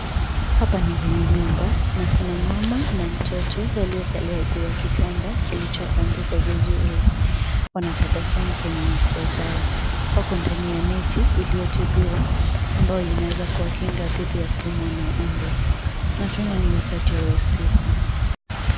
Hapa ni kwenye nyumba na Kuna mama na mtoto waliokalia juu ya kitanda, kilichotandikwa vizuri. Wana tabasamu kwenye nyuso zao. Wako ndani ya neti iliyotibiwa ambayo inaweza kuwakinga dhidi ya kuumwa na mbu, na tunaona ni wakati wa usiku.